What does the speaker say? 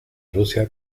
rusia